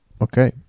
okay